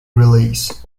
release